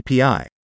API